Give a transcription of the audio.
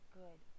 good